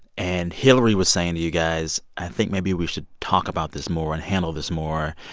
and hillary was saying to you guys, i think maybe we should talk about this more and handle this more.